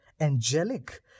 Angelic